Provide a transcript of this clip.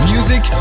Music